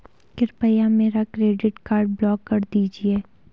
कृपया मेरा credit card block कर दीजिए